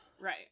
Right